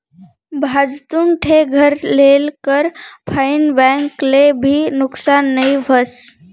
भाजतुन ठे घर लेल कर फाईन बैंक ले भी नुकसान नई व्हस